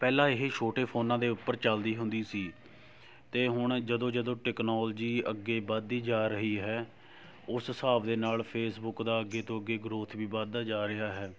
ਪਹਿਲਾਂ ਇਹ ਛੋਟੇ ਫੋਨਾਂ ਦੇ ਉੱਪਰ ਚੱਲਦੀ ਹੁੰਦੀ ਸੀ ਅਤੇ ਹੁਣ ਜਦੋਂ ਜਦੋਂ ਟੈਕਨੋਲਜੀ ਅੱਗੇ ਵੱਧਦੀ ਜਾ ਰਹੀ ਹੈ ਉਸ ਹਿਸਾਬ ਦੇ ਨਾਲ਼ ਫੇਸਬੁੱਕ ਦਾ ਅੱਗੇ ਤੋਂ ਅੱਗੇ ਗਰੋਥ ਵੀ ਵੱਧਦਾ ਜਾ ਰਿਹਾ ਹੈ